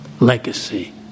legacy